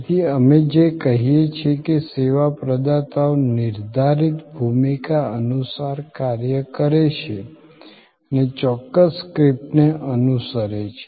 તેથી અમે જે કહીએ છીએ કે સેવા પ્રદાતાઓ નિર્ધારિત ભૂમિકા અનુસાર કાર્ય કરે છે અને ચોક્કસ સ્ક્રિપ્ટને અનુસરે છે